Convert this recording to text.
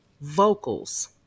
vocals